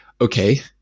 okay